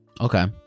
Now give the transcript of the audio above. Okay